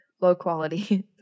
low-quality